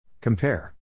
Compare